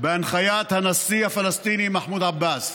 בהנחיית הנשיא הפלסטיני מחמוד עבאס,